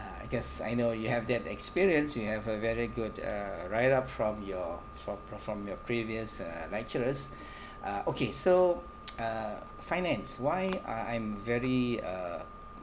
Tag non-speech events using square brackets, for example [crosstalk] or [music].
I guess I know you have that experience you have a very good uh right up from your fo~ from your previous uh lecturers [breath] uh okay so [noise] uh finance why uh I'm very uh